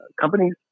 companies